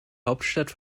hauptstadt